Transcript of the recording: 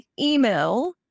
email